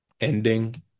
ending